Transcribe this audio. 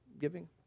giving